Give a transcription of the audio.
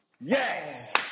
yes